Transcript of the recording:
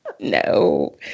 No